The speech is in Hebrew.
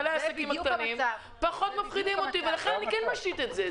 בעלי העסקים הקטנים פחות מפחידים אותי ועליכם אני כן משית את זה.